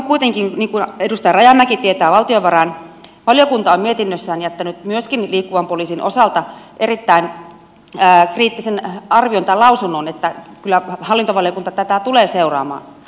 niin kuin edustaja rajamäki tietää myöskin valtiovarainvaliokunta on mietinnössään jättänyt liikkuvan poliisin osalta erittäin kriittisen lausunnon niin että kyllä hallintovaliokunta tätä tulee seuraamaan